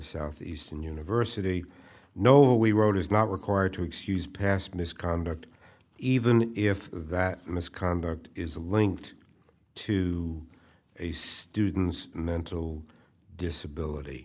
southeastern university no we wrote is not required to excuse past misconduct even if that misconduct is linked to a student's mental disability